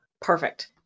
Perfect